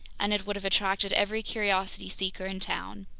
and it would have attracted every curiosity seeker in town!